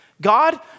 God